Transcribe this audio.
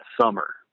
summer